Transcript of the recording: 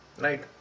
right